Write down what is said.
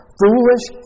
foolish